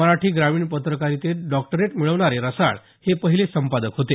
मराठी ग्रामीण पत्रकारितेत डॉक्टरेट मिळवणारे रसाळ हे पहिले संपादक होते